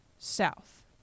south